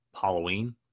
Halloween